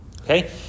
Okay